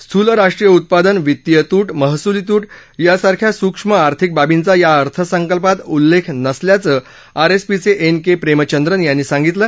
स्थूल राष्ट्रीय उत्पादन वित्तीय तूट महसुली तूट यासारख्या सूक्ष्म आर्थिक बाबींचा या अर्थसंकल्पात उल्लेख नसल्याचं आरएसपीचे एन के प्रेमचंदन यांनी सांगितलं